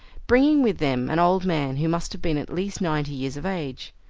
bringing with them an old man who must have been at least ninety years of age.